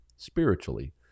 spiritually